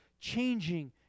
changing